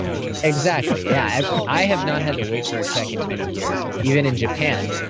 yeah okay exactly. yeah. i have not had to wait for a check in many years because, even in japan,